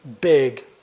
big